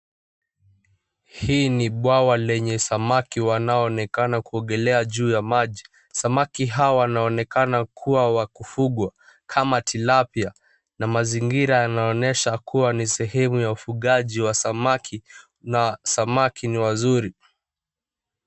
Hii ni bwawa lenye samaki wanaoonekana kuogelea juu ya maji. Samaki hawa wanaonekana kuwa wa kufugwa kama tilapia. Mazingira yanaonesha kua ni sehemu ya ufugaji wa samaki na samaki ni wazuri.